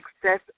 success